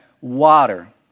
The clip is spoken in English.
water